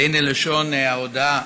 והינה לשון ההודעה: